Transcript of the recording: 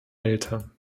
älter